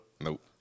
Nope